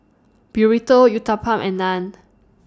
Burrito Uthapam and Naan